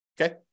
Okay